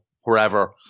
wherever